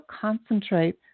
concentrate